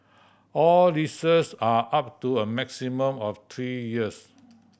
all leases are up to a maximum of three years